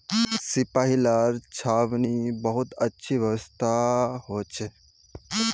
सिपाहि लार छावनीत बहुत अच्छी व्यवस्था हो छे